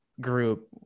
group